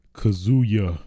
kazuya